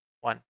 One